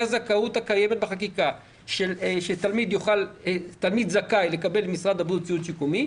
הזכאות הקיימת בחקיקה תלמיד זכאי לקבל ממשרד הבריאות ציוד שיקומי,